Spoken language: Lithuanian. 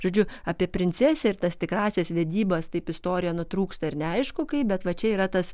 žodžiu apie princesę ir tas tikrąsias vedybas taip istorija nutrūksta ir neaišku kaip bet va čia yra tas